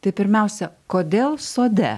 tai pirmiausia kodėl sode